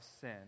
sin